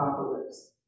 apocalypse